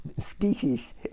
species